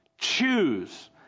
Choose